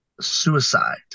suicide